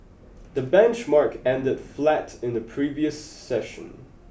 the benchmark ended flat in the previous session